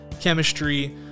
chemistry